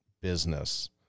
business